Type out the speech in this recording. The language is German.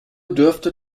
dürfte